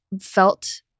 felt